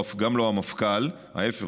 גם לא של המפכ"ל ההפך,